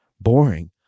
boring